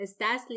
estás